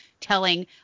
telling